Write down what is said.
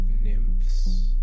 nymphs